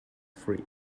free